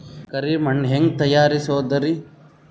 ಕರಿ ಮಣ್ ಹೆಂಗ್ ತಯಾರಸೋದರಿ?